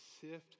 sift